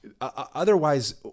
Otherwise